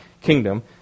kingdom